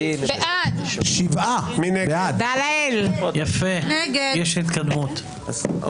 הצבעה לא אושרו.